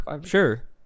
sure